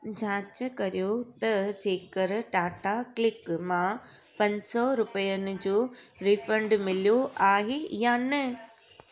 जांच करियो त जेकर टाटा क्लिक मां पंज सौ रुपियनि जो रीफंड मिलियो आहे या न